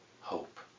hope